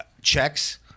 checks